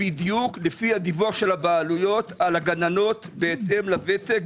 מקבלים בדיוק לפי הדיווח של הבעלויות על הגננות בהתאם לוותק,